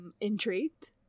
intrigued